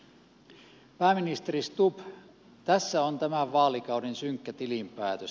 pääministeri stubb tässä on tämän vaalikauden synkkä tilinpäätös